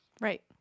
right